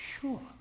sure